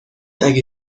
اگه